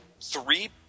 three